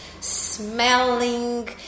smelling